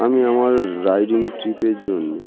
আমি আমার রাইডিং ট্রিপের জন্যে